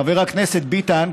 חבר הכנסת ביטן,